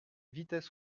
vitesse